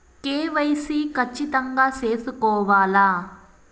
KYC ఖచ్చితంగా సేసుకోవాలా